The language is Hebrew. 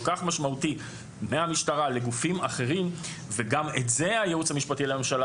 כך משמעותי מהמשטרה לגופים אחרים וגם את זה הייעוץ המשפטי לממשלה